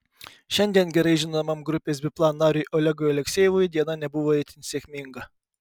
šiandien gerai žinomam grupės biplan nariui olegui aleksejevui diena nebuvo itin sėkminga